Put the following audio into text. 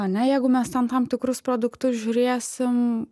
ane jeigu mes ten tam tikrus produktus žiūrėsim